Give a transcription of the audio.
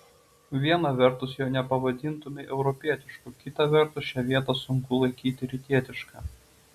viena vertus jo nepavadintumei europietišku kita vertus šią vietą sunku laikyti rytietiška